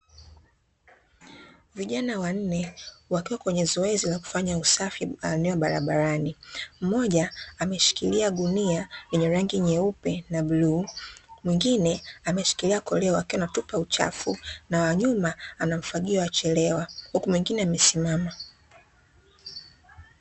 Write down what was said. Vijana wanne wakiwa kwenye zoezi la kufanya usafi maeneo ya barabarani. Mmoja ameshikilia gunia lenye rangi nyeupe na bluu, mwingine ameshikilia koleo akiwa anatupa uchafu, na wanyuma ana ufagio wa chelewa, huku mwingine amesimama.